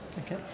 Okay